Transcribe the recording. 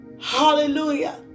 hallelujah